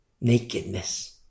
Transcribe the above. nakedness